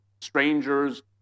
strangers